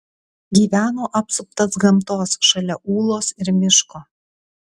gyveno apsuptas gamtos šalia ūlos ir miško